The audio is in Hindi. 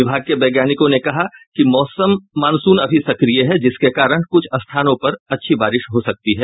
विभाग के वैज्ञनिकों ने कहा कि मॉनसून अभी सक्रिय है जिसके कारण क्छ स्थानों पर अच्छी बारिश हो सकती है